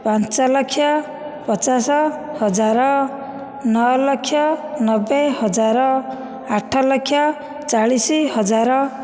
ପାଞ୍ଚଲକ୍ଷ ପଚାଶ ହଜାର ନଅଲକ୍ଷ ନବେ ହଜାର ଆଠଲକ୍ଷ ଚାଳିଶ ହଜାର